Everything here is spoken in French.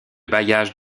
bailliage